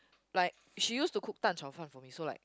like she used to cook 蛋炒饭 for me so like